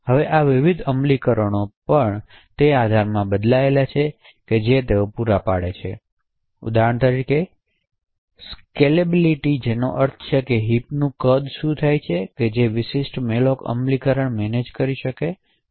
હવે આ વિવિધ અમલીકરણો પણ તે આધારમાં બદલાય છે જે તેઓ પૂરા પાડે છે ઉદાહરણ તરીકે સ્કેલેબિલીટી જેનો અર્થ છે કે હિપનું કદ શું છે કે જે વિશિષ્ટ malloc અમલીકરણ મેનેજ કરી શકે છે